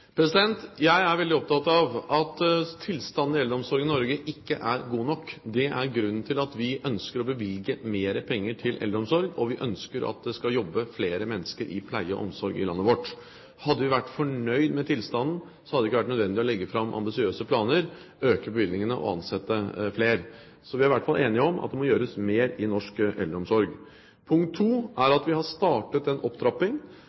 Jeg er veldig opptatt av at tilstanden i eldreomsorgen i Norge ikke er god nok. Det er grunnen til at vi ønsker å bevilge mer penger til eldreomsorg, og vi ønsker at det skal jobbe flere mennesker i pleie og omsorg i landet vårt. Hadde vi vært fornøyd med tilstanden, hadde det ikke vært nødvendig å legge fram ambisiøse planer, øke bevilgningene og ansette flere. Så vi er i hvert fall enige om at det må gjøres mer i norsk eldreomsorg. Punkt 2 er at vi har startet en opptrapping.